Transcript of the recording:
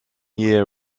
year